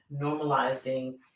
normalizing